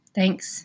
Thanks